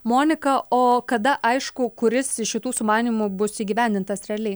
monika o kada aišku kuris iš šitų sumanymų bus įgyvendintas realiai